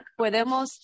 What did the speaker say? podemos